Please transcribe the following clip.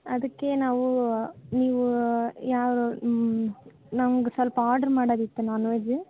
ಅದಕ್ಕೆ ನಾವು ನೀವು ಯಾವ ನಮ್ಗೆ ಸ್ವಲ್ಪ ಆರ್ಡ್ರ್ ಮಾಡದಿತ್ತು ನಾನ್ವೆಜ್ಜು